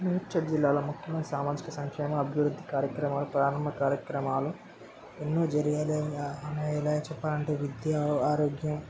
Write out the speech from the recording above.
మేడ్చల్ జిల్లాలో ముఖ్యమైన సామాజిక సంక్షేమ అభివృద్ధి కార్యక్రమాలు ప్రారంభ కార్యక్రమాలు ఎన్నో జరిగాయి లేదా అలా ఎలా చెప్పాలంటే విద్యా ఆరోగ్య